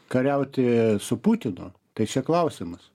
kariauti su putinu tai čia klausimas